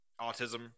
autism